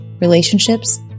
relationships